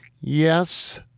Yes